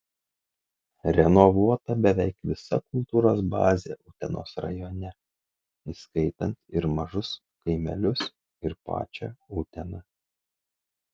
renovuota beveik visa kultūros bazė utenos rajone įskaitant ir mažus kaimelius ir pačią uteną